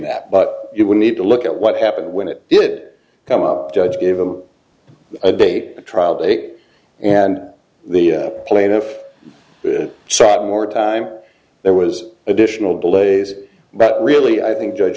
but you would need to look at what happened when it did come up judge gave him a date the trial date and the plaintiff bit more time there was additional delays but really i think judge